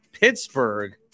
Pittsburgh